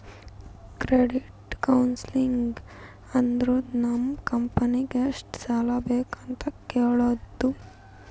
credit counselling ಅಂದುರ್ ನಮ್ ಕಂಪನಿಗ್ ಎಷ್ಟ ಸಾಲಾ ಬೇಕ್ ಅಂತ್ ಹೇಳ್ತುದ